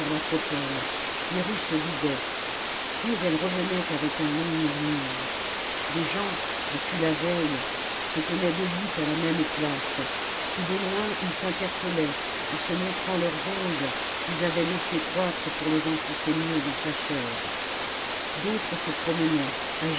l'acropole les rues se vidaient puis elle revenait avec un long murmure des gens depuis la veille se tenaient debout à la même place et de loin ils s'interpellaient en se montrant leurs ongles qu'ils avaient laissés croître pour les enfoncer mieux dans sa chair d'autres se promenaient